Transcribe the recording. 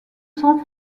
sang